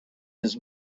his